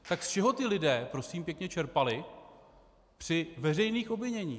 Tak z čeho ti lidé prosím pěkně čerpali při veřejných obviněních?